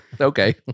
okay